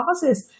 process